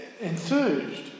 Enthused